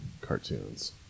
cartoons